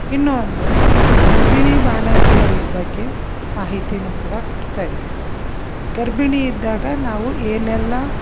ಇನ್ನೂ ಒಂದು ಗರ್ಭಿಣಿ ಬಾಣಂತಿಯರ ಬಗ್ಗೆ ಮಾಹಿತೀನು ಕೂಡ ಕೊಡ್ತಾಯಿದೆ ಗರ್ಭಿಣಿ ಇದ್ದಾಗ ನಾವು ಏನೆಲ್ಲ